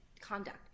conduct